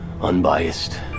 Unbiased